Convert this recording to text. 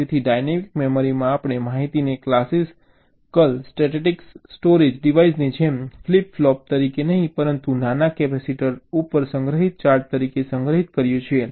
તેથી ડાયનેમિક મેમરીમાં આપણે માહિતીને ક્લાસિકલ સ્ટેટિક્સ સ્ટોરેજ ડિવાઇસની જેમ ફ્લિપ ફ્લોપ તરીકે નહીં પરંતુ નાના કેપેસિટર ઉપર સંગ્રહિત ચાર્જ તરીકે સંગ્રહિત કરીએ છીએ